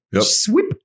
Sweep